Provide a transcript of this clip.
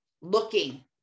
Looking